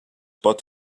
pot